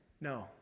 No